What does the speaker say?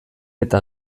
eta